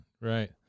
right